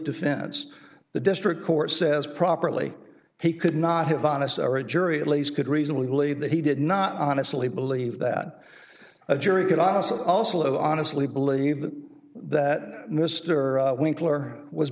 defense the district court says properly he could not have honest or a jury at least could reasonably believe that he did not honestly believe that a jury could honestly also honestly believe that mr winkler was